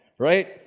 right,